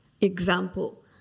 example